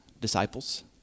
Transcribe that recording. disciples